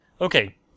Okay